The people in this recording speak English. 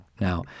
Now